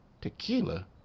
Tequila